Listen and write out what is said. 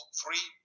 free